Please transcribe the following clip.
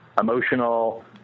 emotional